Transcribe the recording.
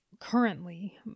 currently